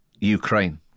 Ukraine